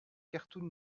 cartoon